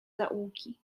zaułki